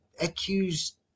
accused